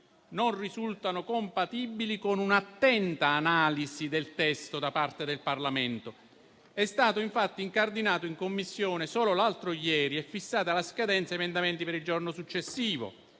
non risultano compatibili con un'attenta analisi del testo da parte del Parlamento. È stato infatti incardinato in Commissione solo l'altro ieri e fissata la scadenza del termine per la presentazione